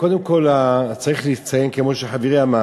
קודם כול צריך לציין, כמו שחברי אמר,